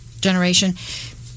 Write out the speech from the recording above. generation